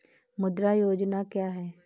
मुद्रा योजना क्या है?